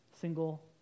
single